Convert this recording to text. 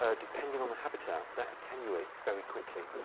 ah depending on the habitat, that attenuates very quickly.